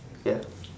K lah